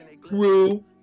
Crew